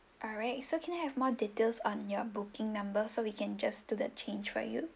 alright so can I have more details on your booking number so we can just do the change for you